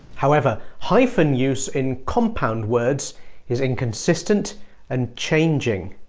however, hyphen use in compound words is inconsistent and changing.